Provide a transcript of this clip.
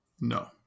No